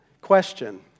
Question